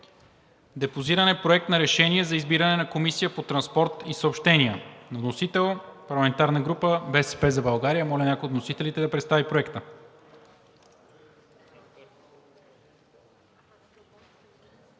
Депозиран е Проект на решение за избиране на Комисия по транспорт и съобщения. Вносител е парламентарната група на „БСП за България“. Моля някой от вносителите да представи Проекта.